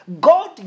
God